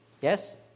Yes